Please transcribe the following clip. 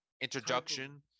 introduction